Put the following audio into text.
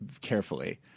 carefully